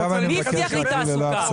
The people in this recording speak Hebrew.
מי הבטיח לי תעסוקה?